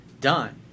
done